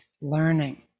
learning